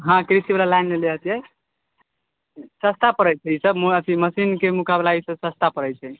हँ कृषि वला लाइन लेने हतिए सस्ता परै छै ईसब मशीन के मुक़ाबला ईसब सस्ता परै छै